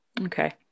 Okay